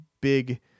big